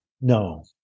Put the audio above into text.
No